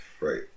Right